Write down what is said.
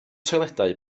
toiledau